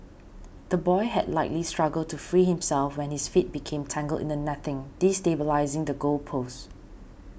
the boy had likely struggled to free himself when his feet became tangled in the netting destabilising the goal post